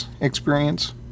experience